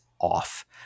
off